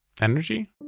Energy